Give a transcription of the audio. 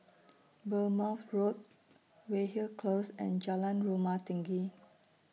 Bournemouth Road Weyhill Close and Jalan Rumah Tinggi